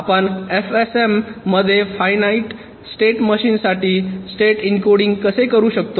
आपण एफएसएम मध्ये finite state मशीनसाठी स्टेट एन्कोडिंग कसे करू शकतो